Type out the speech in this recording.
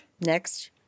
Next